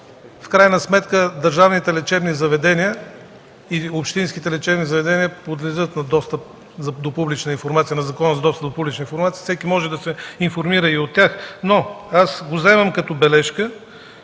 в крайна сметка държавните и общинските лечебни заведения подлежат на достъп до публична информация по Закона за достъп до публична информация, всеки може да се информира и от тях. Аз го вземам като бележка,